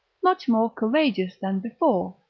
much more courageous than before,